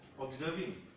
observing